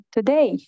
Today